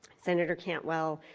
senator cantwell,